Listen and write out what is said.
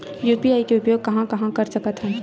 UPI के उपयोग कहां कहा कर सकत हन?